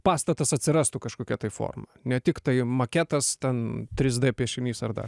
pastatas atsirastų kažkokia tai forma ne tik tai maketas ten trys d piešinys ar dar